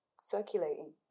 circulating